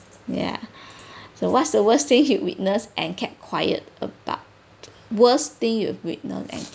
ya so what's the worst thing you witness and kept quiet about worst thing you witness and